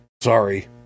Sorry